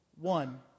One